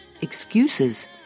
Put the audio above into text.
Excuses